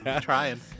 trying